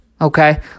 Okay